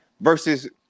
versus